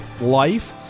Life